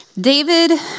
David